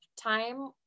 time